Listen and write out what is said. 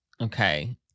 Okay